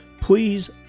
please